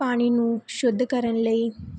ਪਾਣੀ ਨੂੰ ਸ਼ੁੱਧ ਕਰਨ ਲਈ